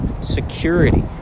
security